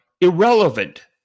irrelevant